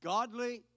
Godly